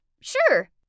Sure